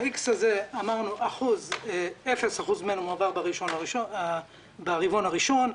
האיקס הזה 0% ממנו מועבר ברבעון הראשון,